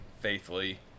faithfully